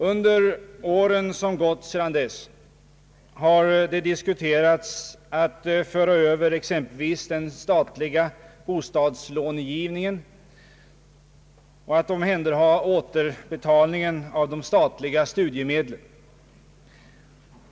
Under åren som gått sedan dess har det diskuterats om man till avdelningskontoren skulle föra över exempelvis den statliga bostadslånegivningen och bestyret med återbetalningen av de statliga studiemedlen.